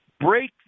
break